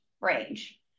range